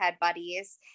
buddies